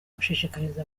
gushishikariza